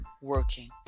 working